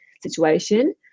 situation